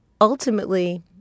Ultimately